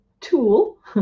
tool